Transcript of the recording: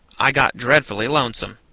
i got dreadfully lonesome.